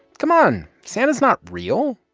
come on. santa's not real.